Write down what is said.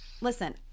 listen